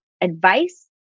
advice